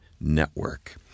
Network